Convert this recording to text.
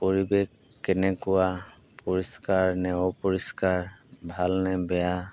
পৰিৱেশ কেনেকুৱা পৰিষ্কাৰ নে অপৰিষ্কাৰ ভালনে বেয়া